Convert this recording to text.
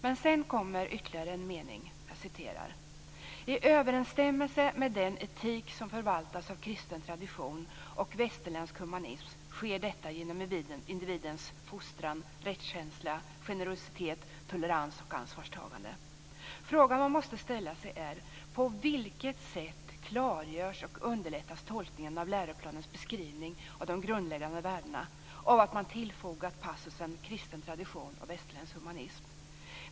Men sedan kommer ytterligare en mening: "I överensstämmelse med den etik som förvaltas av kristen tradition och västerländsk humanism sker detta genom individens fostran till rättskänsla, generositet, tolerans och ansvarstagande." Frågan man måste ställa sig är: På vilket sätt klargörs och underlättas tolkningen av läroplanens beskrivning av de grundläggande värdena av att man tillfogat passusen "kristen tradition" och "västerländsk humanism"?